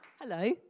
Hello